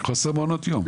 חוסר מעונות יום.